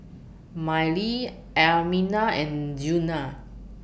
Mylie Almina and Djuna